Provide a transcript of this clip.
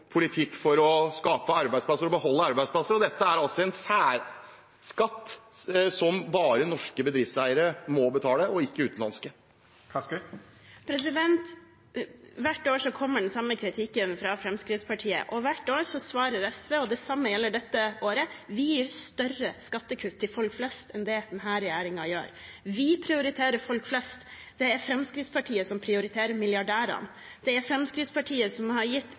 politikk for å skape og beholde arbeidsplasser? Dette er altså en særskatt som bare norske bedriftseiere må betale, ikke utenlandske. Hvert år kommer den samme kritikken fra Fremskrittspartiet, og hvert år svarer SV – det samme gjelder dette året: Vi gir større skattekutt til folk flest enn det denne regjeringen gjør. Vi prioriterer folk flest, det er Fremskrittspartiet som prioriterer milliardærene. Det er Fremskrittspartiet som har gitt